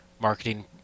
marketing